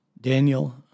Daniel